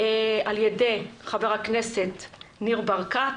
על ידי חבר הכנסת ניר ברקת,